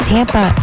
Tampa